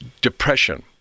depression